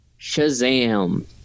Shazam